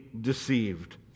deceived